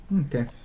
Okay